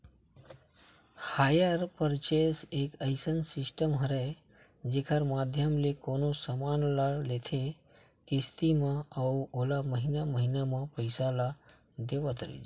hire purchase एक अइसन system हरय जेखर माधियम ले कोनो समान ल लेथे किस्ती म अउ ओला महिना महिना म पइसा ल देवत जाथे